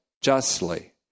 justly